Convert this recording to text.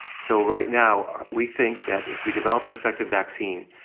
so right now we think that if we develop an effective vaccine,